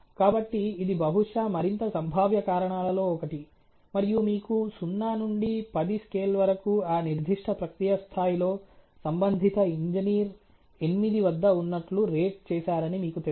కాబట్టి ఇది బహుశా మరింత సంభావ్య కారణాలలో ఒకటి మరియు మీకు 0 నుండి 10 స్కేల్ వరకు ఆ నిర్దిష్ట ప్రక్రియ స్థాయిలో సంబంధిత ఇంజనీర్ 8 వద్ద ఉన్నట్లు రేట్ చేసారని మీకు తెలుసు